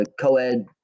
co-ed